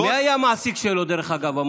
מי היה המעסיק שלו, דרך אגב?